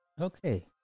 Okay